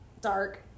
Dark